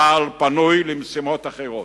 צה"ל פנוי למשימות אחרות,